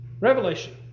revelation